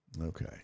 okay